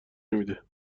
نمیده